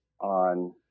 on